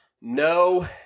No